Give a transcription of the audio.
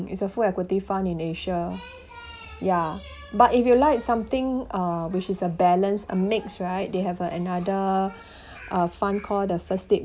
it's a full equity fund in asia ya but if you like something uh which is a balance a mix right they have a another uh fund called the first state